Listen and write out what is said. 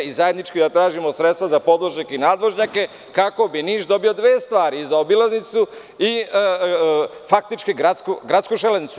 Treba zajednički da tražimo sredstva za podvožnjake i nadvožnjake, kako bi Niš dobio dve stvari – i zaobilaznicu i faktički gradsku železnicu.